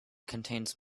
contains